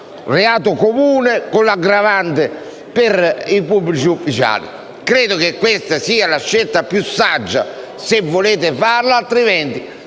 reato comune con l'aggravante per i pubblici ufficiali. Credo che questa sia la scelta più saggia, se volete farla, altrimenti